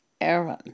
Aaron